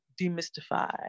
demystify